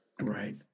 right